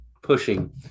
Pushing